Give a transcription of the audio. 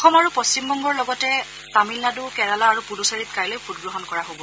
অসম আৰু পশ্চিমবংগৰ লগতে লগতে তামিলনাডু কেৰালা আৰু পুডুচেৰীত কাইলৈ ভোটগ্ৰহণ কৰা হব